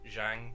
Zhang